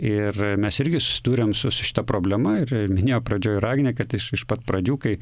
ir mes irgi susidūrėm su su šita problema ir minėjo pradžioje ir agnė kad iš iš pat pradžių kai